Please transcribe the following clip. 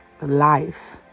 life